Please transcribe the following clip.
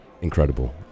Incredible